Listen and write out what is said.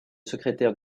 secrétaire